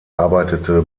arbeitete